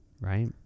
right